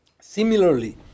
Similarly